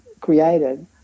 created